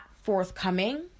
forthcoming